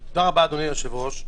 תודה רבה, אדוני היושב-ראש.